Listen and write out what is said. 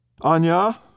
Anya